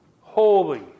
Holy